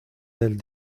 del